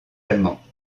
allemands